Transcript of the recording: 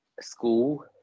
school